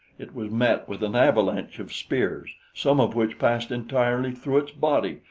it was met with an avalanche of spears, some of which passed entirely through its body,